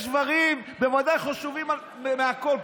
יש דברים שבוודאי חשובים מהכול.